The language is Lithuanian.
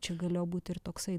čia galėjo būti ir toksai